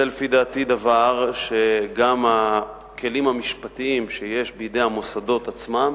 זה לפי דעתי דבר שגם הכלים המשפטיים שיש בידי המוסדות עצמם